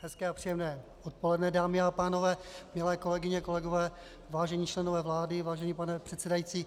Hezké a příjemné odpoledne dámy a pánové, milé kolegyně, kolegové, vážení členové vlády, vážený pane předsedající.